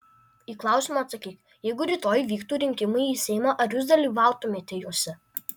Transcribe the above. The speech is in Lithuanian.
į klausimą atsakyk jeigu rytoj vyktų rinkimai į seimą ar jūs dalyvautumėte juose